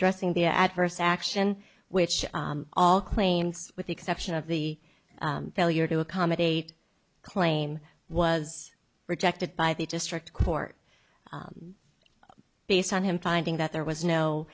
addressing the adverse action which all claims with the exception of the failure to accommodate claim was rejected by the district court based on him finding that there was no